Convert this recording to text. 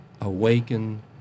awaken